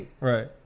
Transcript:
Right